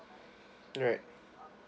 right